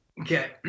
Okay